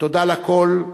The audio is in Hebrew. תודה לכול.